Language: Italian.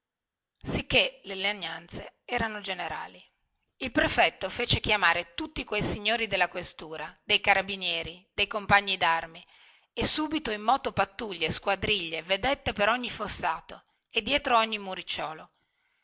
sicchè le lagnanze erano generali allora il prefetto si fece chiamare tutti quei signori della questura dei carabinieri e dei compagni darmi e disse loro due paroline di quelle che fanno drizzar le orecchie il giorno dopo un terremoto per ogni dove pattuglie squadriglie vedette per ogni fossato e dietro ogni muricciolo